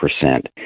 percent